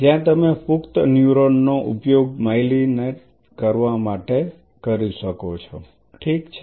જ્યાં તમે પુખ્ત ન્યુરોનનો ઉપયોગ માયેલિન કરવા માટે કરશો ઠીક છે